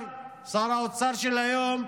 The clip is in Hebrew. שר האוצר של היום,